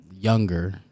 younger